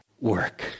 work